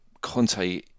Conte